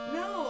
no